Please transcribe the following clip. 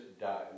died